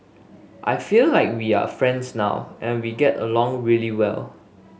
I feel like we are friends now and we get along really well